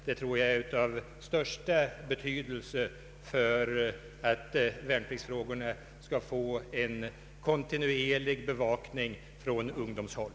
Det är av största betydelse för att värnpliktsfrågorna skall få en kontinuerlig bevakning från ungdomshåll.